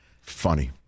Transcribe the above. funny